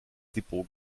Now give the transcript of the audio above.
depot